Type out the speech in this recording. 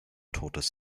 totes